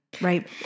right